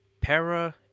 Para